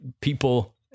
people